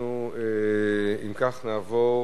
אם כך, נעבור